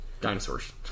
dinosaurs